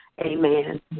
amen